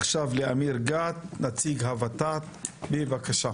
אמיר גת, נציג ות"ת, בבקשה.